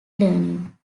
learning